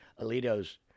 Alito's